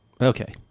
okay